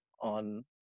on